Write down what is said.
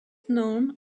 known